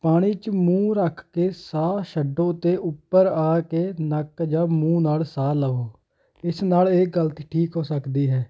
ਪਾਣੀ 'ਚ ਮੂੰਹ ਰੱਖ ਕੇ ਸਾਹ ਛੱਡੋ ਅਤੇ ਉੱਪਰ ਆ ਕੇ ਨੱਕ ਜਾਂ ਮੂੰਹ ਨਾਲ ਸਾਹ ਲਓ ਇਸ ਨਾਲ ਇਹ ਗਲਤੀ ਠੀਕ ਹੋ ਸਕਦੀ ਹੈ